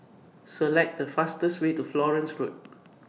Select The fastest Way to Florence Road